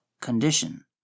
condition